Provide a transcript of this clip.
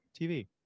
TV